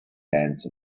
hands